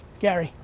gary.